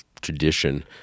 tradition